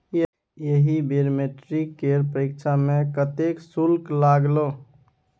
एहि बेर मैट्रिक केर परीक्षा मे कतेक शुल्क लागलौ?